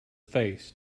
faced